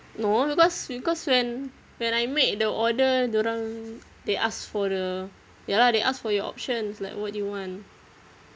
no because because when when I made the order dorang they asked for the ya lah they asked for your options like what do you want